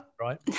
right